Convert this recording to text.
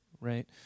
right